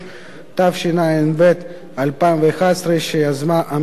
התשע"ב 2012, שיזמה הממשלה.